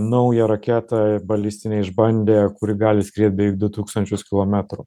naują raketą balistinę išbandė kuri gali skriet beveik du tūkstančius kilometrų